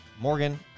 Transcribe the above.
Morgan